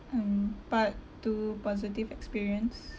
um part two positive experience